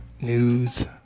News